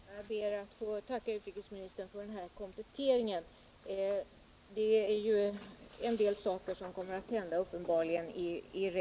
Herr talman! Jag ber att få tacka utrikesministern för kompletteringen. Uppbenbarligen kommer det att hända en del bra saker.